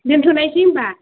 दोन्थ'नोसै होम्बा